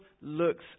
looks